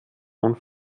und